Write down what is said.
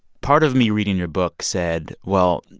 part of me reading your book said, well,